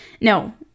No